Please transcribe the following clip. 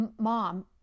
mom